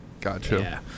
Gotcha